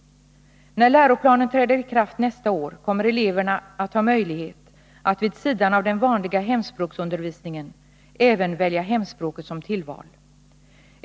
När läroplanen träder i kraft nästa år kommer eleverna att ha möjlighet att. vid sidan av den vanliga hemspråksundervisningen. även välja hemspråket som tillval.